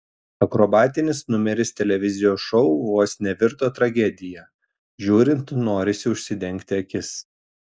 akrobatinis numeris televizijos šou vos nevirto tragedija žiūrint norisi užsidengti akis